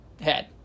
head